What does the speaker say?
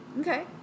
Okay